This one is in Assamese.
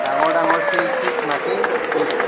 ডাঙৰ ডাঙৰ শিল্পীক মাতি নি